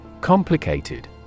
Complicated